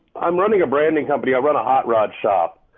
i'm running a branding company, i run a hot rod shop,